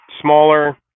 smaller